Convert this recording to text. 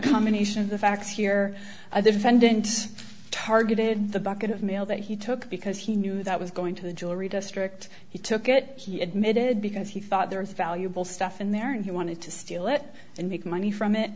combination of the facts here a defendant targeted the bucket of mail that he took because he knew that was going to the jewelry district he took it he admitted because he thought there was valuable stuff in there and he wanted to steal it and make money from it